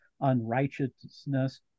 unrighteousness